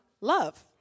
love